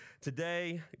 today